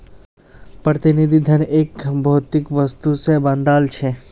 प्रतिनिधि धन एक भौतिक वस्तु से बंधाल छे